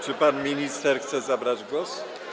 Czy pan minister chce zabrać głos?